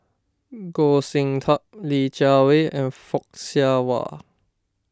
Goh Sin Tub Li Jiawei and Fock Siew Wah